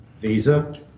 Visa